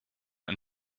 and